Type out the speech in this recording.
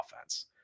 offense